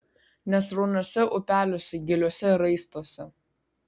nesrauniuose upeliuose giliuose raistuose